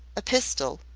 a pistol,